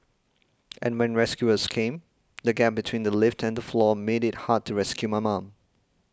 and when rescuers came the gap between the lift and the floor made it hard to rescue my mum